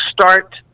start